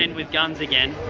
and with guns again.